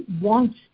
wants